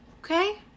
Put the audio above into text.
Okay